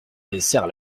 desserts